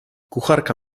kucharka